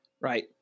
Right